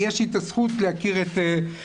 יש לי את הזכות להכיר את אשר,